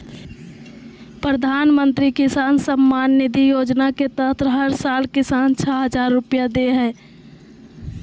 प्रधानमंत्री किसान सम्मान निधि योजना के तहत हर साल किसान, छह हजार रुपैया दे हइ